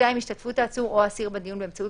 (2)השתתפות העצור או האסיר בדיון באמצעות